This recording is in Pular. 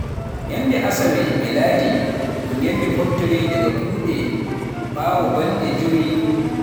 Yannde Asawe e Laadi, un yannde foftere daga kuuɗe, ɓaawo balɗe jowi